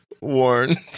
warned